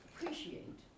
appreciate